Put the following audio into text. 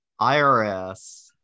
IRS